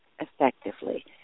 effectively